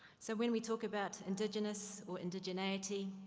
so when we talk about indigenous, or indigeneity.